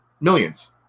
millions